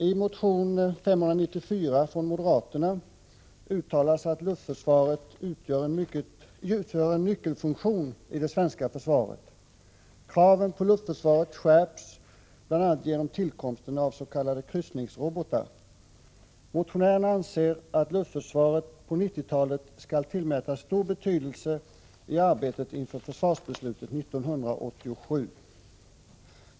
I motion 594 från moderaterna uttalas att luftförsvaret utgör en nyckelfunktion i det svenska försvaret. Kraven på luftförsvaret skärps bl.a. genom tillkomsten av s.k. kryssningsrobotar. Motionärerna anser att luftförsvaret på 1990-talet bör tillmätas stor betydelse i arbetet inför försvarsbeslutet 1987.